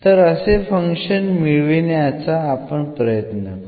तर असे फंक्शन मिळविण्याचा आपण प्रयत्न करू